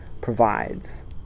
provides